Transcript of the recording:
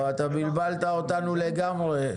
לא, אתה בלבלת אותנו לגמרי.